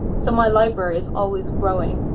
so my library is always growing.